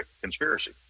conspiracy